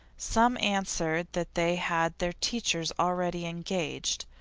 some answered that they had their teachers already engaged,